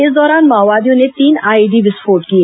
इस दौरान माओवादियों ने तीन आईईडी विस्फोट किए